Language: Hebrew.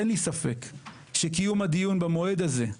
אין לי ספק שקיום הדיון במועד הזה,